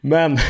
Men